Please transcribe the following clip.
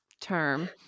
term